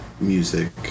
music